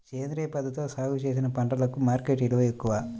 సేంద్రియ పద్ధతిలో సాగు చేసిన పంటలకు మార్కెట్ విలువ ఎక్కువ